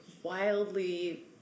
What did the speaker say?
wildly